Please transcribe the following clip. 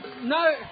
no